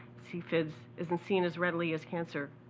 cfids isn't seen as readily as cancer.